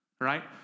Right